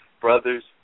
brothers